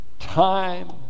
time